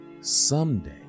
someday